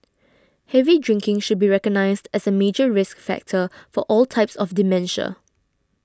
heavy drinking should be recognised as a major risk factor for all types of dementia